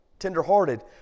Tenderhearted